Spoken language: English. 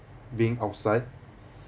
being outside